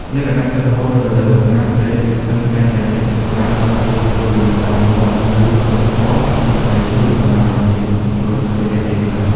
លក្ខណៈទឹកហូរនៅរដូវវស្សា ព្រែក ឬស្ទឹងតែងតែមានទឹកច្រើន ហើយហូរយ៉ាងលឿន ដោយនាំមកនូវដុំថ្ម និងមែកឈើ បណ្តាលឱ្យមាន ជំនន់រយៈពេលខ្លី។